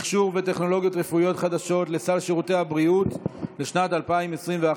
מכשור וטכנולוגיות רפואיות חדשות לסל שירותי הבריאות לשנת 2021),